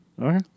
Okay